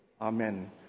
Amen